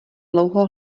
dlouho